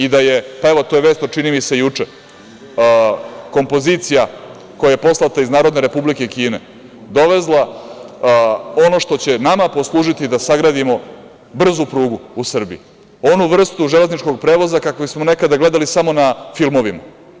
Evo to je vest od, čini mi se, juče, kompozicija koja je poslata iz NRK dovezla ono što će nama poslužiti da sagradimo brzu prugu u Srbiji, onu vrstu železničkog prevoza kakav smo nekad gledali samo na filmovima.